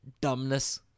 dumbness